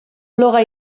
bloga